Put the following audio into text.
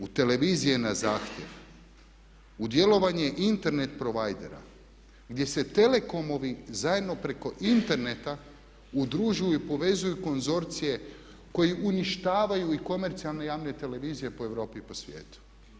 U televizije na zahtjev, u djelovanje Internet providera gdje se telekomovi zajedno preko interneta udružuju i povezuju konzorcije koji uništavaju i komercijalno javne televizije po Europi i po svijetu.